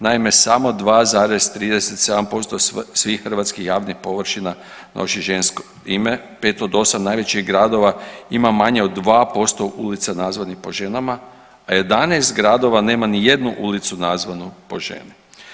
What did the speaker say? Naime, samo 2,37% svih hrvatskih javnih površina nosi žensko ime, 5 od 8 najvećih gradova ima manje od 2% ulica nazvanih po ženama, a 11 gradova nema ni jednu ulicu nazvanu po ženi.